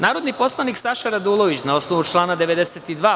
Narodni poslanik Saša Radulović, na osnovu člana 92.